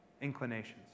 inclinations